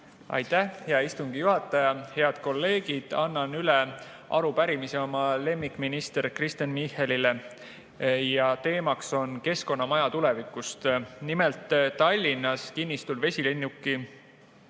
Aitäh, hea istungi juhataja! Head kolleegid! Annan üle arupärimise oma lemmikministrile Kristen Michalile. Ja teemaks on Keskkonnamaja tulevik. Nimelt, Tallinnas kinnistu Vesilennuki